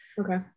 okay